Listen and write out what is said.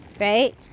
Right